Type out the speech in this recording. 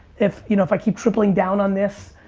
if you know if i keep tripling down on this,